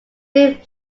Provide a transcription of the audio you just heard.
being